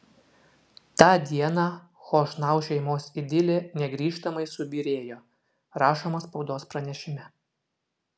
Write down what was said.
tą dieną chošnau šeimos idilė negrįžtamai subyrėjo rašoma spaudos pranešime